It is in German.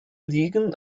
liegen